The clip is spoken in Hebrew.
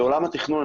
בעולם התכנון,